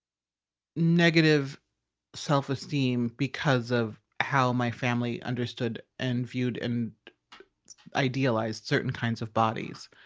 negative self-esteem because of how my family understood and viewed and idealized certain kinds of bodies.